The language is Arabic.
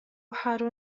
حار